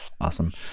awesome